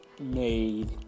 made